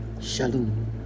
Shalom